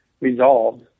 resolved